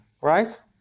right